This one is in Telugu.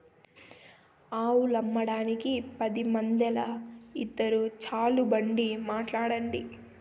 ఆవులమ్మేదానికి పది మందేల, ఇద్దురు చాలు బండి మాట్లాడండి